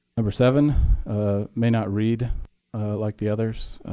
number seven may not read like the others,